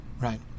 Right